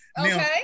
Okay